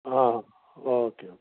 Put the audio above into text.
હા okay okay